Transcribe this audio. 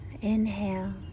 Inhale